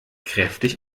kräftig